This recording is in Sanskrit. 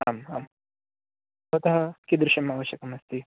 आम् आम् ततः कीदृशम् आवश्यकम् अस्ति